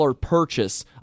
purchase